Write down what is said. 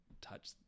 touch